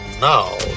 now